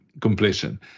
completion